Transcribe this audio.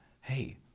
hey